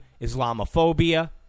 Islamophobia